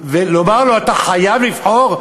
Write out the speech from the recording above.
אומר לו: אתה חייב לבחור,